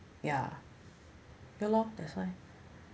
ya ya lor that's why